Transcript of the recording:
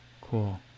cool